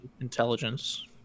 intelligence